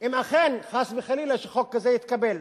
אם אכן חס וחלילה חוק כזה יתקבל.